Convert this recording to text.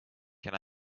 can